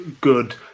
good